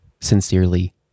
Sincerely